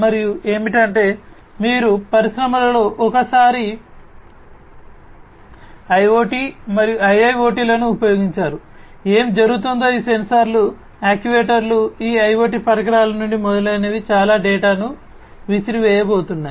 మరొకటి ఏమిటంటే మీరు పరిశ్రమలలో ఒకసారి IoT మరియు IIoT లను ఉపయోగించారు ఏమి జరుగుతుందో ఈ సెన్సార్లు యాక్యుయేటర్లు ఈ IoT పరికరాల నుండి మొదలైనవి చాలా డేటాను విసిరివేయబోతున్నాయి